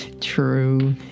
True